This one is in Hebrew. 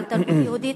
על תרבות יהודית.